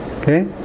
Okay